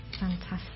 Fantastic